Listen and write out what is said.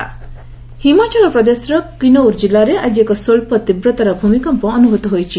HP tremors Himachal ପ୍ରଦେଶର କିନୌର ଜିଲ୍ଲାରେ ଆଜି ଏକ ସ୍ୱଚ୍ଚ ତୀବ୍ରତାର ଭୂମିକମ୍ପ ଅନୁଭୂତ ହୋଇଛି